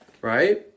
right